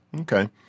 Okay